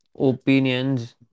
opinions